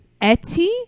Etty